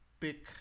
pick